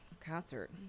concert